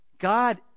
God